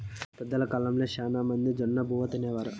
పెద్దల కాలంలో శ్యానా మంది జొన్నబువ్వ తినేవారు